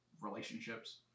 relationships